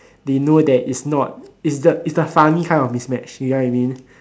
they know that its not it's it's a funny kind of mismatched you know what I mean